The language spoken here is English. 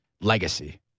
legacy